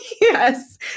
Yes